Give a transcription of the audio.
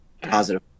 positive